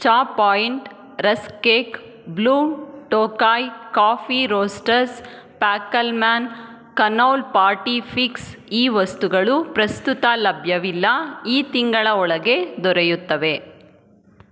ಚಹಾ point rusk cake blue Tokai coffee roasters ಫ್ಯಾಕಲ್ಮ್ಯಾನ್ ಕನೌಲ್ ಪಾರ್ಟಿ ಫಿಕ್ಸ್ ಈ ವಸ್ತುಗಳು ಪ್ರಸ್ತುತ ಲಭ್ಯವಿಲ್ಲ ಈ ತಿಂಗಳ ಒಳಗೆ ದೊರೆಯುತ್ತವೆ